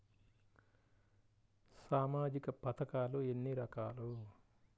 సామాజిక పథకాలు ఎన్ని రకాలు?